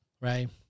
right